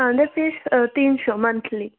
আমাদের ফিস তিনশো মান্থলি